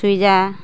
চুইজাৰ